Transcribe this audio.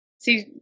see